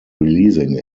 releasing